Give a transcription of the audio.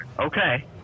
Okay